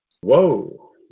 Whoa